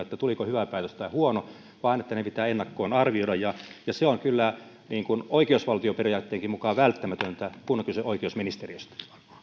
että jälkikäteen arvioidaan tuliko hyvä päätös vai huono vaan ne pitää ennakkoon arvioida se on kyllä oikeusvaltioperiaatteenkin mukaan välttämätöntä kun on kyse oikeusministeriöstä